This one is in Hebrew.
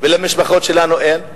ולמשפחות שלנו אין?